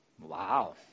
Wow